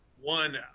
One